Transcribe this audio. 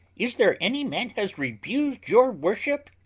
is there any man has rebused your worship?